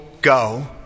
go